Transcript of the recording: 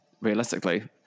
Realistically